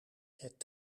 het